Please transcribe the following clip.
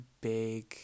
big